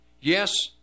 Yes